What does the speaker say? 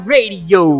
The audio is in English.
Radio